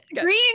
Green